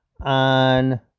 on